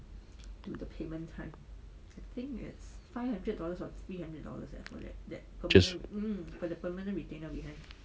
just